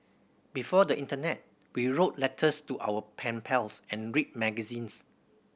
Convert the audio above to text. before the internet we wrote letters to our pen pals and read magazines